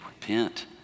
Repent